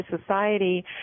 society